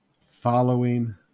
following